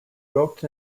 wrote